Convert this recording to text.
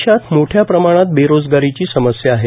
देशात मोठ्या प्रमाणात बेरोजगारीची समस्या आहे